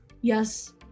yes